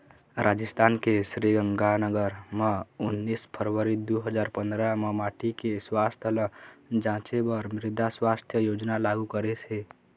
राजिस्थान के श्रीगंगानगर म उन्नीस फरवरी दू हजार पंदरा म माटी के सुवास्थ ल जांचे बर मृदा सुवास्थ योजना लागू करिस हे